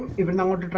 even number but